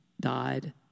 died